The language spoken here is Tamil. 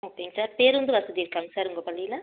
ஓகேங்க சார் பேருந்து வசதி இருக்காங்க சார் உங்கள் பள்ளியில